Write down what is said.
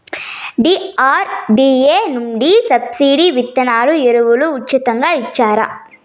DRDA నుండి subsidy విత్తనాలు ఎరువులు ఉచితంగా ఇచ్చారా?